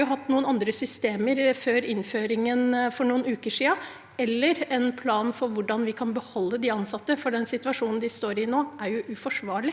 har hatt noen andre systemer før innføringen for noen uker siden – eller en plan for hvordan vi kan beholde de ansatte. Den situasjonen de står i nå, er uforsvarlig.